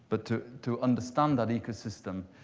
but to to understand that ecosystem,